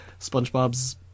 SpongeBob's